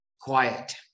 quiet